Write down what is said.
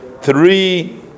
three